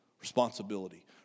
Responsibility